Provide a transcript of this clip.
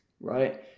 right